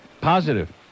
positive